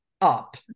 up